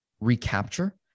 recapture